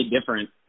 different